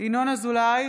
ינון אזולאי,